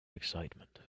excitement